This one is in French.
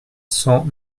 cent